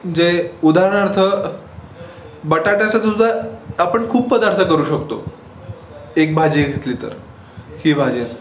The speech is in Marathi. जे उदाहरणार्थ बटाट्याचंच सुद्धा आपण खूप पदार्थ करू शकतो एक भाजी घेतली तर ही भाजी असेल